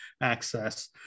access